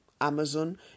amazon